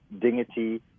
dignity